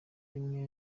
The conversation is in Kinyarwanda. rimwe